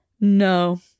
no